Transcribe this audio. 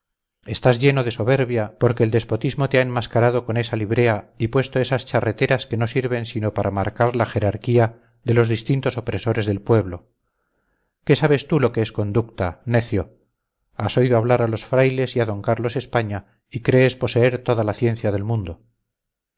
estás lleno de soberbia porque el despotismo te ha enmascarado con esa librea y puesto esas charreteras que no sirven sino para marcar la jerarquía de los distintos opresores del pueblo qué sabes tú lo que es conducta necio has oído hablar a los frailes y a d carlos españa y crees poseer toda la ciencia del mundo